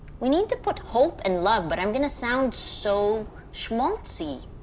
we need to put hope and love, but i'm going to sound so schmaltzy.